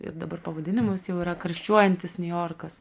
ir dabar pavadinimas jau yra karščiuojantis niujorkas